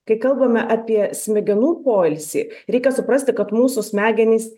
kai kalbame apie smegenų poilsį reikia suprasti kad mūsų smegenys